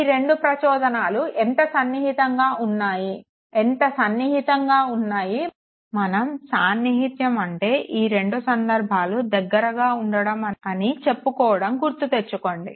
ఈ రెండు ప్రచోదనాలు ఎంత సన్నిహితంగా ఉన్నాయి మనం సానిహిత్యం అంటే ఈ రెండు సందర్భాలు దగ్గర ఉండడం అని చెప్పుకోవడం గుర్తుతెచ్చుకోండి